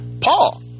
Paul